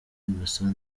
innocent